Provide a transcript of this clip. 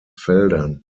feldern